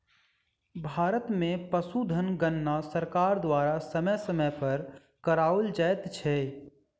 भारत मे पशुधन गणना सरकार द्वारा समय समय पर कराओल जाइत छै